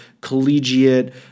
collegiate